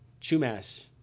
Chumash